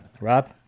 Rob